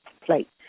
plate